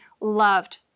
loved